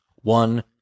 one